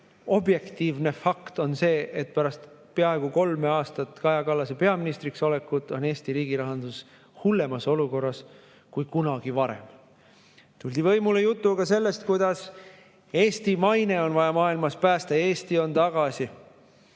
teiseks, fakt on see, et pärast peaaegu kolme aastat Kaja Kallase peaministriks olekut on Eesti riigi rahandus hullemas olukorras kui kunagi varem. Tuldi võimule jutuga sellest, kuidas Eesti maine on vaja maailmas päästa, et Eesti on tagasi.